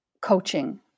coaching